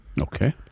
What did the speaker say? Okay